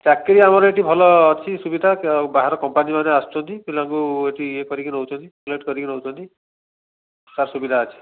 ଚାକିରି ଆମର ଏଇଠି ଭଲ ଅଛି ସୁବିଧା ବାହାର କ୍ଲାମ୍ପନୀମାନେ ଆସୁଛନ୍ତି ପିଲାଙ୍କୁ ଏଠି ଇଏ କରିକି ନେଉଛନ୍ତି ସିଲେକ୍ଟ କରିକି ନେଉଛନ୍ତି ସୁବିଧା ଅଛି